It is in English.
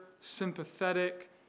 sympathetic